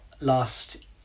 last